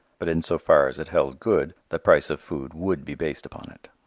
but in so far as it held good the price of food would be based upon it.